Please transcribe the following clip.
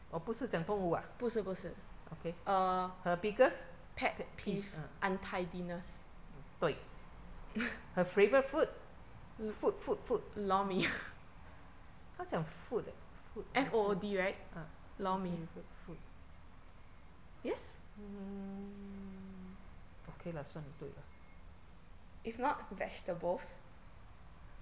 哦不是讲动物啊 okay her biggest pet peeve ah 对 her favourite food food food food t它讲:ta jiang food eh ah favourite food mm okay lah 算你对啦